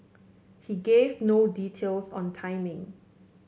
he gave no details on timing